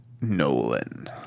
Nolan